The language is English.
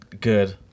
good